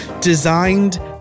designed